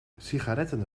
sigaretten